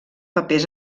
papers